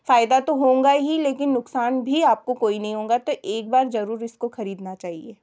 फ़ायदा तो होगा ही लेकिन नुकसान भी आपको कोई नहीं होगा तो एक बार ज़रूर इसको ख़रीदना चाहिए